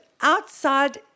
outside